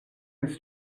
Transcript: his